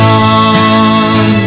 on